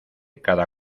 cada